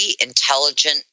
intelligent